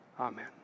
Amen